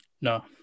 No